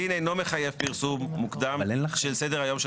הדין אינו מחייב פרסום מוקדם של סדר היום של